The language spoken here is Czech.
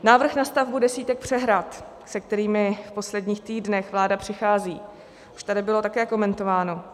Návrh na stavbu desítek přehrad, se kterými v posledních týdnech vláda přichází, už tady bylo také komentován.